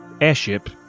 airship